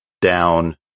down